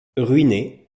ruiné